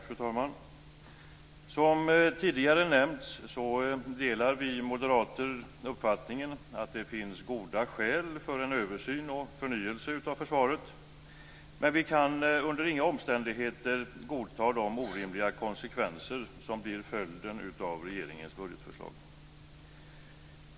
Fru talman! Som tidigare nämnts delar vi moderater uppfattningen att det finns goda skäl för en översyn och förnyelse av försvaret. Men vi kan under inga omständigheter godta de orimliga konsekvenserna av regeringens budgetförslag.